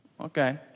okay